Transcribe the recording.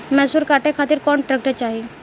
मैसूर काटे खातिर कौन ट्रैक्टर चाहीं?